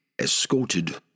escorted